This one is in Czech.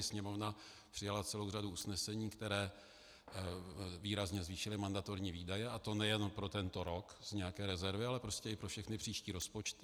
Sněmovna přijala celou řadu usnesení, která výrazně zvýšila mandatorní výdaje, a to nejen pro tento rok z nějaké rezervy, ale prostě i pro všechny příští rozpočty.